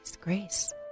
Grace